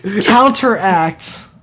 Counteract